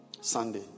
Sunday